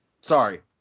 Sorry